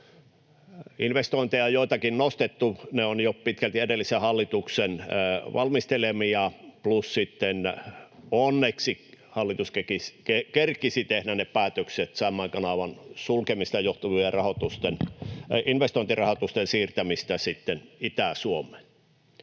investointeja on nostettu. Ne ovat jo pitkälti edellisen hallituksen valmistelemia, plus onneksi hallitus kerkisi tehdä ne päätökset Saimaan kanavan sulkemisesta johtuvien investointirahoitusten siirtämisestä Itä-Suomeen.